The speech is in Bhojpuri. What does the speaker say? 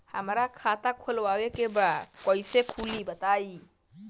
हमरा खाता खोलवावे के बा कइसे खुली बताईं?